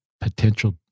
potential